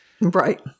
Right